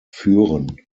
führen